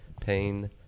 Pain